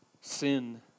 sin